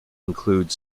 include